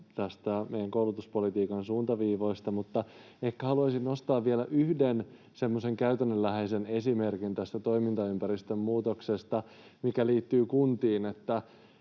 näistä meidän koulutuspolitiikan suuntaviivoista, mutta ehkä haluaisin nostaa vielä yhden semmoisen käytännönläheisen esimerkin tästä toimintaympäristön muutoksesta, mikä liittyy kuntiin,